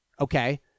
okay